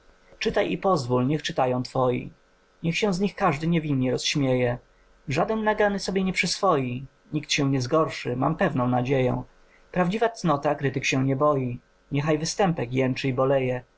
czytaj i pozwól niech czytają twoi niech się z nich każdy niewinnie rozśmieje żaden nagany sobie nie przyswoi nikt się nie zgorszy mam pewną nadzieję prawdziwa cnota krytyk się nie boi niechaj występek